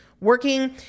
working